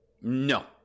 No